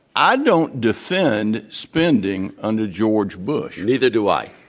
i don't defend spending under george bush. neither do i.